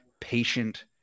patient